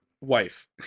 wife